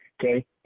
Okay